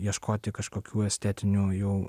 ieškoti kažkokių estetinių jų